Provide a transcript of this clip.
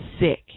sick